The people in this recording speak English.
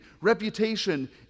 reputation